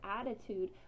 attitude